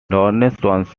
township